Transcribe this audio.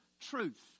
truth